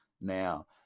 now